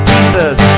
Jesus